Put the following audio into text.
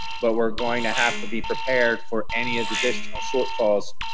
but we're going to have to be prepared for any additional shortfalls,